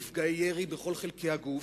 נפגעי ירי בכל חלקי הגוף,